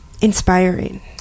inspiring